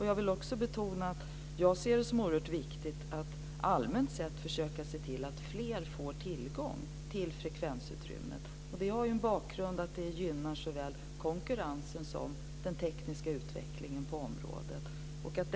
Jag vill också betona att jag ser det som oerhört viktigt att allmänt sett försöka se till att fler får tillgång till frekvensutrymmet. Det har en bakgrund i att det gynnar såväl konkurrensen som den tekniska utvecklingen på området.